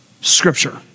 Scripture